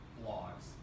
blogs